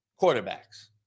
Quarterbacks